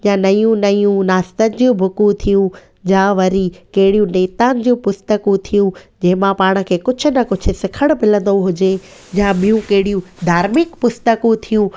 या नयूं नयूं नाश्तनि जी बुकूं थियूं जा वरी कहिड़ी नेताउनि जी पुस्तकूं थियूं जंहिंमां पाण खे कुझु न कुझु सिखणु मिलंदो हुजे या ॿी कहिड़ियूं धार्मिक पुस्तकूं थियूं